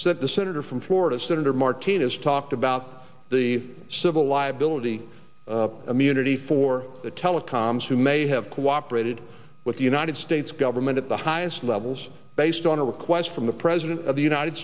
that the senator from florida senator martinez talked about the civil liability immunity for the telecoms who may have cooperated with the united states government at the highest levels based on a request from the president of the united